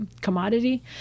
commodity